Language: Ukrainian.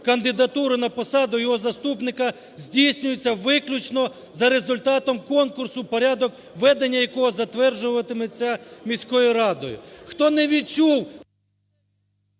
кандидатури на посаду його заступника, здійснюється виключно за результатом конкурсу, порядок ведення якого затверджуватиметься міською радою. Хто не відчув…